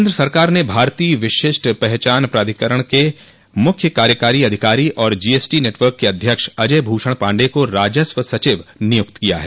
केन्द्र सरकार ने भारतीय विशिष्ट पहचान प्राधिकरण के मुख्य कार्यकारी अधिकारी और जीएसटी नेटवर्क के अध्यक्ष अजय भूषण पांडेय को राजस्व सचिव नियुक्त किया है